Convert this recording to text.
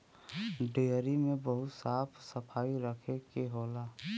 dairy में बहुत साफ सफाई रखे के होला